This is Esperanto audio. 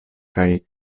kaj